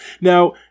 Now